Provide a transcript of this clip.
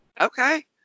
Okay